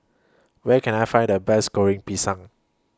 Where Can I Find The Best Goreng Pisang